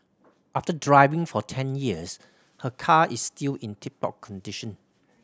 after driving for ten years her car is still in tip top condition